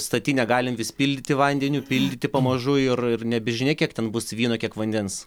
statinę galintis pildyti vandeniu pildyti pamažu ir nebe žinia kiek ten bus vyno kiek vandens